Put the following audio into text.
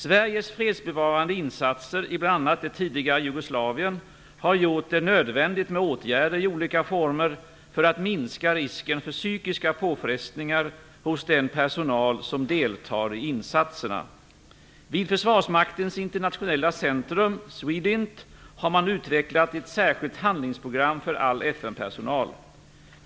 Sveriges fredsbevarande insatser i bl.a. det tidigare Jugoslavien har gjort det nödvändigt med åtgärder i olika former för att minska risken för psykiska påfrestningar hos den personal som deltar i insatserna. har man utvecklat ett särskilt handlingsprogram för all FN-personal.